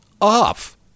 off